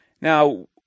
Now